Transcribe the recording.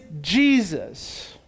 Jesus